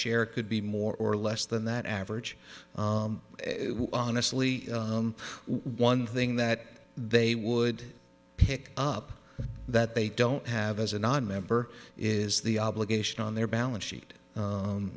share could be more or less than that average honestly one thing that they would pick up that they don't have as a nonmember is the obligation on their balance sheet